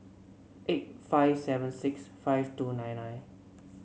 eight five seven six five two nine nine